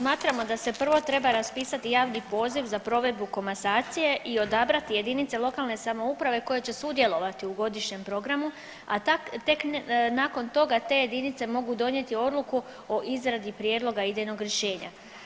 Smatramo da se prvo treba raspisati javni poziv za provedbu komasacije i odabrati jedinice lokalne samouprave koje će sudjelovati u godišnjem programu, a tek nakon toga te jedinice mogu donijeti odluku o izradi prijedlog idejnog rješenja.